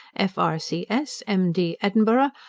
f r c s, m d, edinburgh,